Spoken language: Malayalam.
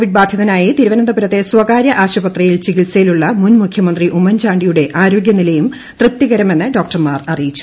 കോവിഡ് ബാധിതനായി തിരുവനന്തപുരത്തെ സ്വകാരൃ ആശുപത്രിയിൽ ചികിത്സയിലുള്ള മുൻ മുഖ്യമന്ത്രി ഉമ്മൻചാണ്ടിയുടെ ആരോഗൃനിലയും തൃപ്തികരമാണെന്ന് ഡോക്ടർമാർ അറിയിച്ചു